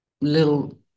little